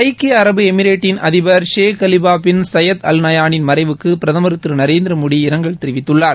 ஐக்கிய அரபு எமிரேட்டின் அதிபர் Sheikh Khalifa bin Zayed Al நயானின் மறைவுக்கு பிரதமர் திரு நரேந்திரமோடி இரங்கல் தெரிவித்துள்ளார்